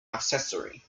accessory